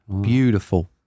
Beautiful